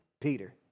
Peter